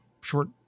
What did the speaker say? short